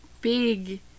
big